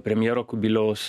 premjero kubiliaus